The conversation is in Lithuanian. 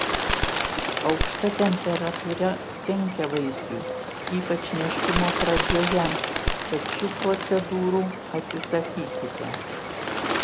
aukšta temperatūra kenkia vaisiui ypač nėštumo pradžioje tad šių procedūrų atsisakykite